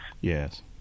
Yes